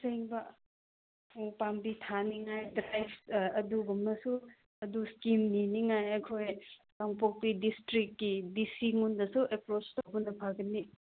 ꯑꯁꯦꯡꯕ ꯎ ꯄꯥꯝꯕꯤ ꯊꯥꯅꯤꯡꯉꯥꯏ ꯑꯗꯨꯒꯨꯝꯕꯁꯨ ꯑꯗꯨ ꯁ꯭ꯀꯤꯝ ꯅꯤꯅꯤꯡꯉꯥꯏ ꯑꯩꯈꯣꯏ ꯀꯥꯡꯄꯣꯛꯄꯤ ꯗꯤꯁꯇ꯭ꯔꯤꯛꯀꯤ ꯗꯤ ꯁꯤ ꯗꯁꯨ ꯑꯦꯄ꯭ꯔꯣꯁ ꯇꯧꯕꯅ ꯐꯒꯅꯤ